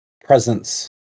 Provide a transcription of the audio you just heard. presence